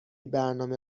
برنامه